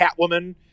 Catwoman